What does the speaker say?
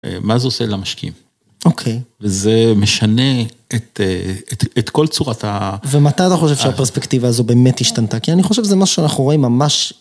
מה זה עושה למשקיעים, וזה משנה את כל צורת ה... ומתי אתה חושב שהפרספקטיבה הזו באמת השתנתה? כי אני חושב שזה משהו שאנחנו רואים ממש...